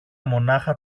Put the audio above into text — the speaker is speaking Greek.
μονάχα